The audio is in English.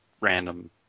random